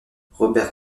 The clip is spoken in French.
robert